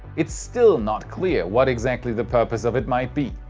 it's still not clear, what exactly the purpose of it might be.